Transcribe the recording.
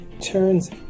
turns